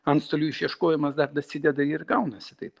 antstolių išieškojimas dar dasideda ir gaunasi taip